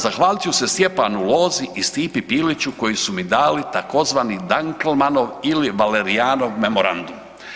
Zahvalit ću se Stjepanu Lozi i Stipi Biliću koji su mi dali tzv. Dankelmanov ili Valerijanov memorandum.